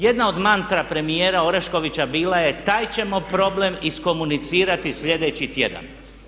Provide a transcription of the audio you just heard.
Jedna od mantra premijera Oreškovića bila je, taj ćemo problem iskomunicirati sljedeći tjedan.